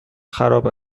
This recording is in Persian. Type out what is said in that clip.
خراب